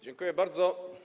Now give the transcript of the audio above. Dziękuję bardzo.